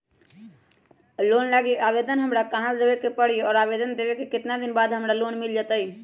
Loan लागी आवेदन हमरा कहां देवे के पड़ी और आवेदन देवे के केतना दिन बाद हमरा लोन मिल जतई?